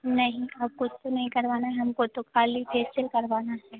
नहीं और कुछ तो नहीं करवाना है हम को तो ख़ाली फेसियल करवाना है